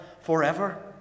forever